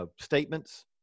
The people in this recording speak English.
statements